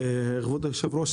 כבוד היושב ראש,